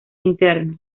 interno